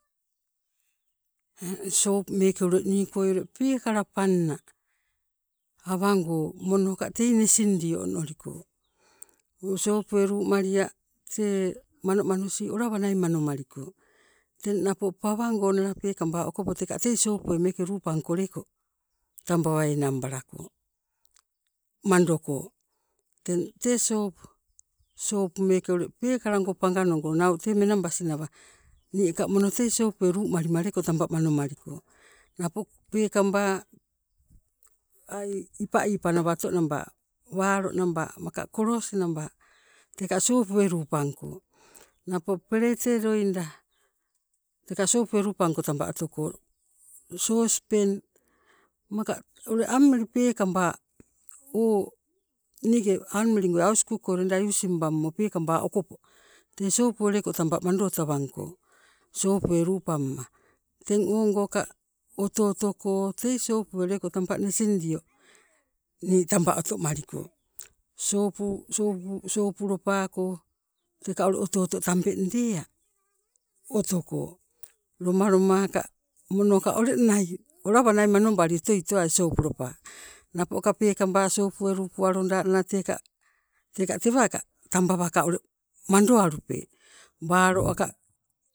Sop meeke niikoi ule peekala panna awango monoka tei nesindio onoliko, o sopue lumalia tee manomanosi olawanai manomaliko, teng napo pawangonala peekaba okopo teka tei sopoi meeke luu pangko leko tambawa enang balako mandoko. Teng tee sop, sop meeke ule peekalango pangannoko nau tee menangbasi nawa, niika mono tei sopoke lumalima leko tamba manomaliko napo pekamba ai ipaipa nawato naba, walo namba maka kolos namba teka sopoe lupangko, napo pelete loida, teka sopoe lupangko tamba otoko, sospeng maka amili peekaba o niike amilingoi hauskuk koi using bammo peekamba okopo tee sopue lema tamba mado tawangko sopue lupamma. Teng ongoka oto otoko tei soupue tamba nesingdio nii tamba otomaliko, soupu sopu lopako teka ule oto oto tambeng dea otoko, lomaloma ka, monoka uleng nai olowa nai manobali otoi towai sopu lopa. Napoka peekaba sopue lupualonala teka tewaka tambawaka mandoalupe, balo aka